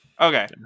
Okay